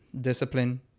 discipline